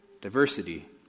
diversity